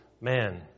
man